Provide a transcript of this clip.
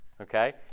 Okay